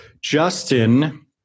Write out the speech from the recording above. Justin